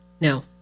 No